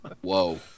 Whoa